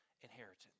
inheritance